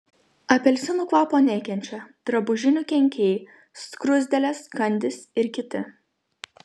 apelsinų kvapo nekenčia drabužinių kenkėjai skruzdėlės kandys ir kiti